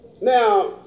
Now